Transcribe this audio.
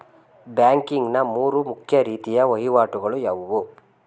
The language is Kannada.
ಬ್ಯಾಂಕಿಂಗ್ ನ ಮೂರು ಮುಖ್ಯ ರೀತಿಯ ವಹಿವಾಟುಗಳು ಯಾವುವು?